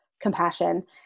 compassion